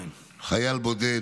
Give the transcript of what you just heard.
חייל בודד,